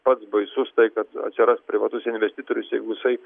pats baisus tai kad atsiras privatus investitorius jeigu jisai